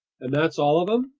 and that's all of em?